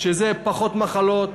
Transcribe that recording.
זה פחות מחלות,